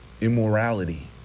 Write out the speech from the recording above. immorality